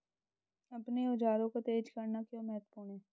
अपने औजारों को तेज करना क्यों महत्वपूर्ण है?